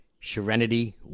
Serenity